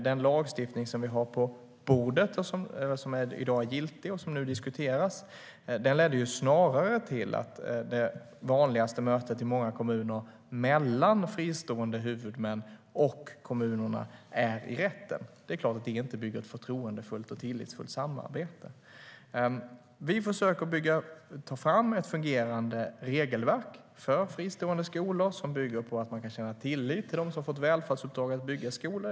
Den lagstiftning som i dag är giltig och som nu diskuteras ledde snarare till att det vanligaste mötet mellan fristående huvudmän och kommunerna var i rätten. Det är klart att det inte bygger ett förtroendefullt och tillitsfullt samarbete. Vi försöker ta fram ett fungerande regelverk för fristående skolor som bygger på att man kan känna tillit till dem som fått välfärdsuppdraget att bygga skolor.